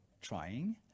trying